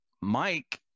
mike